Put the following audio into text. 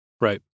Right